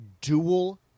Dual